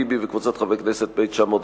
של חבר הכנסת אחמד טיבי וקבוצת חברי הכנסת,